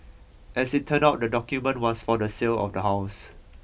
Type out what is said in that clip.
as it turned out the document was for the sale of the house